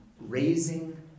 raising